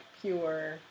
pure